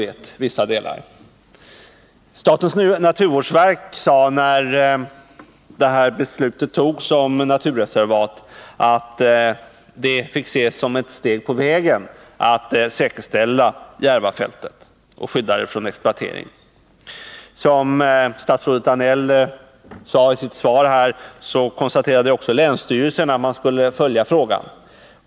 När det här beslutet om inrättande av naturvårdsreservat fattades uttalade statens naturvårdsverk att detta fick ses som ett steg på vägen att skydda Järvafältet från exploatering. Som statsrådet Danell sade i sitt svar framhöll också länsstyrelsen att den skulle följa frågan.